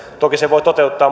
voi toteuttaa